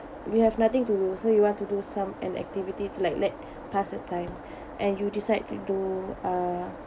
we have nothing to do so you want to do some an activity to like let pass the time and you decide to do uh